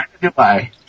Goodbye